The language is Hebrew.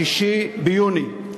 6 ביוני,